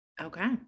okay